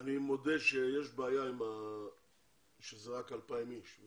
אני מודה שיש בעיה בזה שמדובר רק ב-2,000 אנשים.